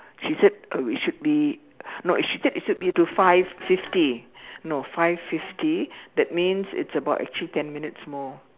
she said uh we should be no she said it should be to five fifty no five fifty that means it's about actually ten minutes more